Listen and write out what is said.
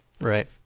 Right